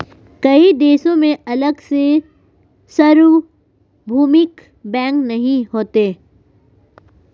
कई देशों में अलग से सार्वभौमिक बैंक नहीं होते